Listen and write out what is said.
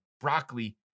broccoli